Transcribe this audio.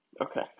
Okay